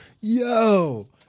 Yo